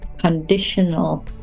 conditional